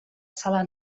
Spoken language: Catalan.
sala